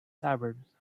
suburbs